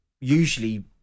usually